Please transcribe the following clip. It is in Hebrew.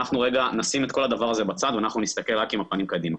אנחנו נשים את כל הדבר הזה בצד ונסתכל רק עם הפנים קדימה.